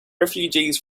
refugees